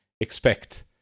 expect